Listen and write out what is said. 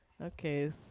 Okay